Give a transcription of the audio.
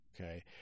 okay